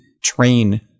train